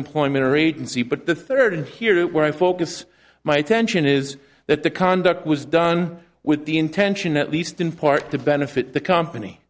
employment or agency put the third and here is where i focus my attention is that the conduct was done with the intention at least in part to benefit the company